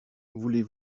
voulez